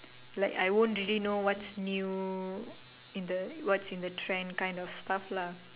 like I won't really know what's new in the what's in trend kind of stuff lah